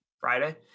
Friday